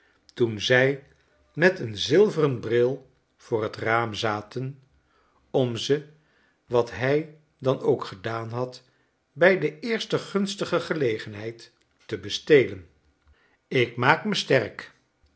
toen zij met een zilveren bril voor t raam zaten om ze wat hij dan ook gedaan had bij de eerste gunstige gelegenheid te bestelen ik maak me sterk